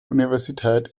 universität